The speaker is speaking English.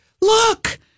Look